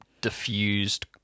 diffused